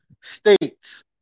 states